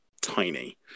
tiny